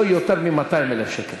לא יותר מ-200,000 שקל.